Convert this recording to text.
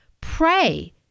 pray